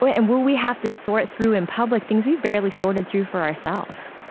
and will we have to sort through in public things we've barely sorted through for ourselves?